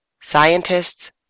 scientists